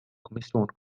kommission